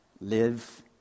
Live